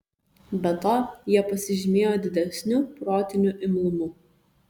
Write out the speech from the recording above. be to jie pasižymėjo didesniu protiniu imlumu